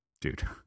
Dude